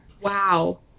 Wow